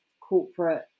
corporate